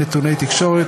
נתוני תקשורת),